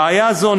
בעיה זו,